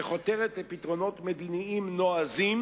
שחותרת לפתרונות מדיניים נועזים,